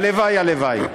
הלוואי-הלוואי,